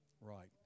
Right